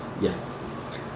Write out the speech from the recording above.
Yes